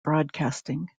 broadcasting